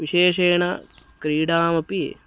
विशेषेण क्रीडामपि